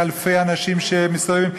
אלפי אנשים שמסתובבים,